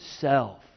self